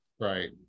right